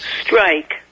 strike